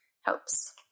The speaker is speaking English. helps